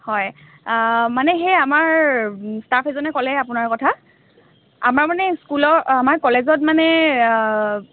হয় মানে সেই আমাৰ ইষ্টাফ এজনে ক'লে আপোনাৰ কথা আমাৰ মানে স্কুলৰ আমাৰ কলেজত মানে